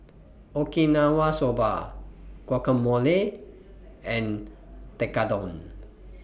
Okinawa Soba Guacamole and Tekkadon